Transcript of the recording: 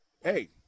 hey